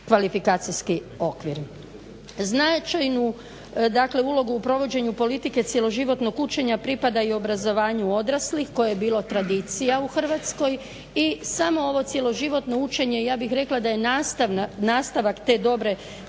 kvalifikacijski okvir. Značajnu dakle ulogu u provođenju politike cjeloživotnog učenja pripada i obrazovanju odraslih koje je bilo tradicija u Hrvatskoj i samo ovo cjeloživotno učenje ja bih rekla da je nastavak te dobre